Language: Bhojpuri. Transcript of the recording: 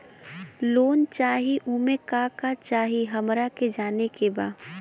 लोन चाही उमे का का चाही हमरा के जाने के बा?